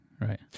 Right